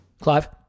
Clive